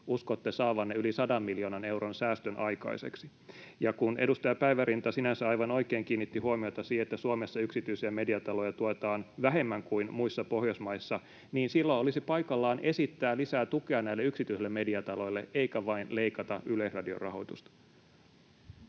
uskotte saavanne yli 100 miljoonan euron säästön aikaiseksi? Ja kun edustaja Päivärinta sinänsä aivan oikein kiinnitti huomiota siihen, että Suomessa yksityisiä mediataloja tuetaan vähemmän kuin muissa Pohjoismaissa, niin silloin olisi paikallaan esittää lisää tukea näille yksityisille mediataloille eikä vain leikata Yleisradion rahoitusta.